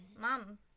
mom